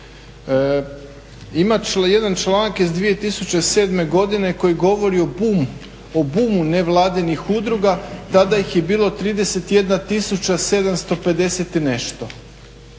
Ima jedan članak iz 2007. godine koji govori o bumu nevladinih udruga, tada ih je bilo 31 750 i nešto.